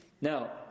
Now